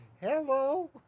Hello